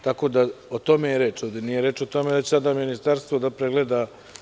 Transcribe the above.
Tako da, o tome je reč, a nije reč o tome da će Ministarstvo da pregleda.